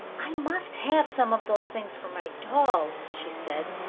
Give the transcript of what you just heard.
i must have some of those things for my dolls, she said,